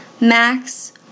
Max